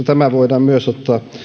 tämä voidaan myös ottaa